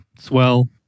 swell